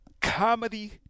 Comedy